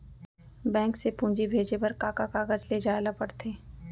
Bank से पूंजी भेजे बर का का कागज ले जाये ल पड़थे?